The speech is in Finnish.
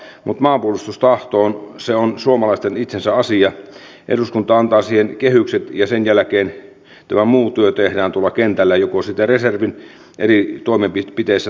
olisin oikeastaan kysynyt valtioneuvoston jäseniltä kun edustaja haavisto sanoi vihreiden puheenvuorossaan että suurena ongelmana tässä hallintarekisterissä oli viranomaisten tietojen saanti ei ollut saatavilla tietoa